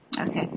okay